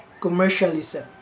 commercialism